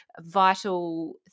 vital